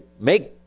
make